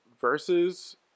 versus